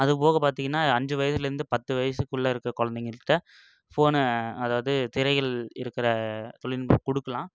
அது போக பார்த்திங்கனா அஞ்சு வயதிலேருந்து பத்து வயசுக்குள்ளே இருக்கற குழந்தைங்கள்ட்ட ஃபோனை அதாவது திரையில் இருக்கிற கொடுக்குலாம்